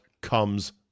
comes